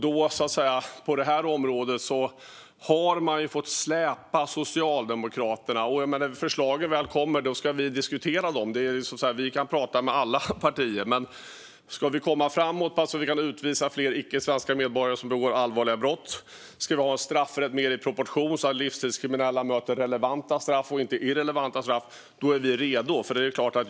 På det här området har man fått släpa Socialdemokraterna. När förslagen väl kommer ska vi diskutera dem. Vi kan prata med alla partier. Men ska vi komma framåt så att vi kan utvisa fler icke svenska medborgare som begår allvarliga brott och ska vi ha en mer proportionerlig straffrätt så att livstidskriminella möter relevanta straff och inte irrelevanta straff, då är vi redo.